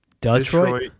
Detroit